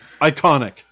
Iconic